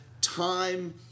time